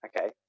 Okay